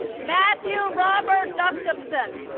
matthew robert gustafson